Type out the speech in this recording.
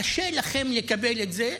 קשה לכם לקבל את זה,